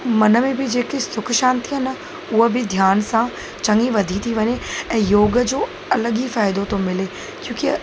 मन में बि जेकी सुख शांती आहे न उहा बि ध्यान सां चङी वधी थी वञे ऐं योग जो अलॻि ई फ़ाइदो थो मिले क्योंकी